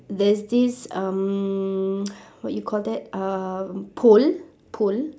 there's this um what you call that um pole pole